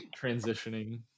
transitioning